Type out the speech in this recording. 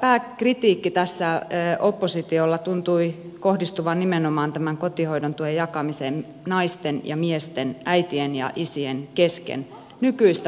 pääkritiikki tässä oppositiolla tuntui kohdistuvan nimenomaan tähän kotihoidon tuen jakamiseen naisten ja miesten äitien ja isien kesken nykyistä tasa arvoisemmin